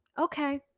okay